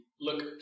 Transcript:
Look